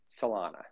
solana